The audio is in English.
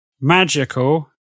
magical